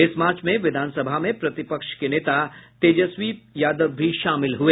इस मार्च में विधानसभा में प्रतिपक्ष के नेता तेजस्वी यादव भी शामिल हुए